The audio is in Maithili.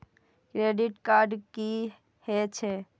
क्रेडिट कार्ड की हे छे?